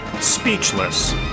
Speechless